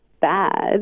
bad